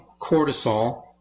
cortisol